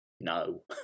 No